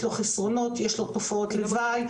חסרונות ותופעות לוואי.